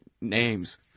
names